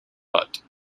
hutt